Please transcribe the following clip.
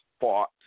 fought